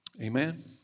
Amen